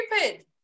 stupid